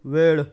वेळ